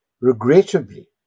regrettably